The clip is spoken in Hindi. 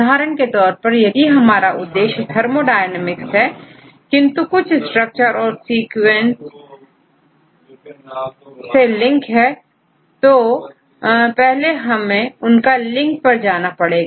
उदाहरण के तौर पर यदि हमारा उद्देश थर्मोडायनेमिक्स है किंतु कुछ स्ट्रक्चर और सीक्वेंट से लिंक है तो पहले आपको इन लिंक पर जाना पड़ेगा